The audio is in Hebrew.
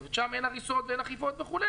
זאת אומרת, שם אין הריסות ואין אכיפות וכו'.